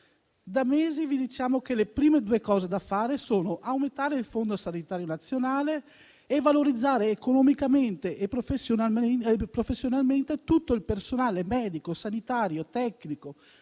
Da mesi vi diciamo che le prime due cose da fare sono aumentare il Fondo sanitario nazionale e valorizzare economicamente e professionalmente tutto il personale medico, sanitario, tecnico